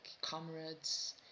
comrades